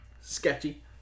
Sketchy